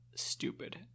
Stupid